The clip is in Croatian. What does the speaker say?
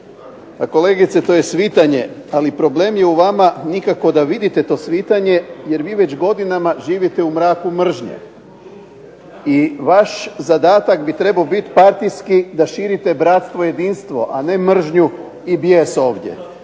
Pa kolegice to je svitanje, ali problem je u vama, nikako da vidite to svitanje, jer vi već godinama živite u mraku mržnje. I vaš zadatak bi trebao biti partijski da širite bratstvo i jedinstvo, a ne mržnju i bijes ovdje.